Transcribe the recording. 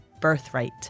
birthright